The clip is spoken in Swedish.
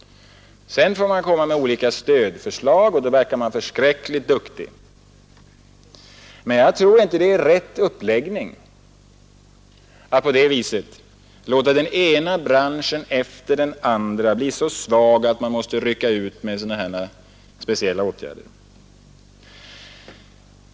Sedan får man komma med olika stödförslag, och då verkar man förskräckligt duktig! Men jag tror inte att det är rätta uppläggningen att på det viset låta den ena branschen efter den andra bli så svag att man måste rycka ut med speciella åtgärder.